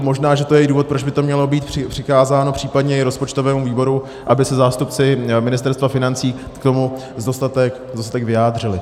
Možná je to i důvod, proč by to mělo být přikázáno případně i rozpočtovému výboru, aby se zástupci Ministerstva financí k tomu sdostatek vyjádřili.